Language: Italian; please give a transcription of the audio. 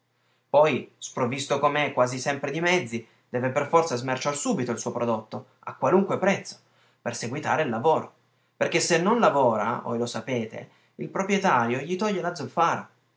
poi sprovvisto com'è quasi sempre di mezzi deve per forza smerciar subito il suo prodotto a qualunque prezzo per seguitare il lavoro perché se non lavora voi lo sapete il proprietario gli toglie la zolfara